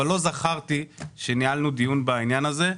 אבל לא זכרתי שניהלנו דיון בעניין הזה,